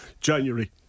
January